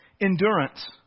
Endurance